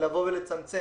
לצמצם